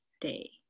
day